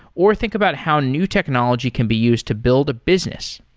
or think about how new technology can be used to build a business.